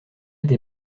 des